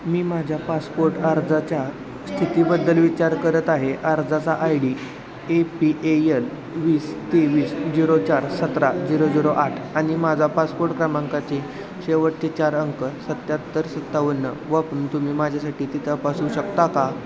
मी माझ्या पासपोट अर्जाच्या स्थितीबद्दल विचार करत आहे अर्जाचा I D A P A L वीस तेवीस झिरो चार सतरा झिरो झिरो आठ आणि माझा पासपोट क्रमांकाचे शेवटचे चार अंक सत्त्याहत्तर सत्तावन्न वापरून तुम्ही माझ्यासाठी ते तपासू शकता का